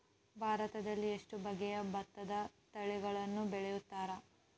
ಭಾರತದಲ್ಲಿ ಎಷ್ಟು ಬಗೆಯ ಭತ್ತದ ತಳಿಗಳನ್ನು ಬೆಳೆಯುತ್ತಾರೆ?